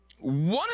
One